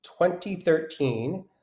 2013